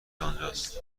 آنجاست